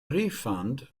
refund